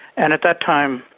and at that time,